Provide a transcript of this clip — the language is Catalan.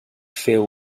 féu